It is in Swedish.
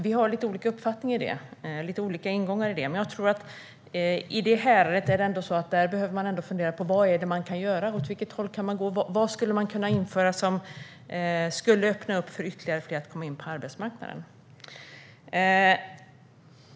Vi har lite olika uppfattning och ingångar, men jag tror att man i det här häradet behöver fundera på vad man kan göra, åt vilket håll man kan gå och vad man kan införa som skulle öppna upp för fler att komma in på arbetsmarknaden.